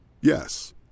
Yes